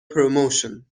promotion